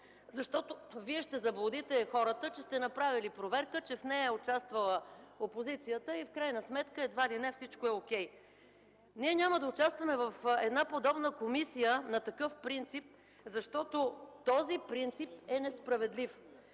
защото Вие ще заблудите хората, че сте направили проверка, че в нея е участвала опозицията и в крайна сметка едва ли не всичко е о’кей. Ние няма да участваме в една подобна комисия на такъв принцип, защото този принцип е несправедлив.